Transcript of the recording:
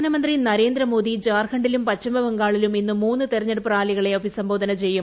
പ്രധാനമന്ത്രി നരേന്ദ്രമോദി ഝാർഖണ്ഡിലും പശ്ചിമബംഗാളിലും ഇന്ന് മൂന്ന് തിരഞ്ഞെടുപ്പ് റാലികളെ അഭിസംബോധന ചെയ്യും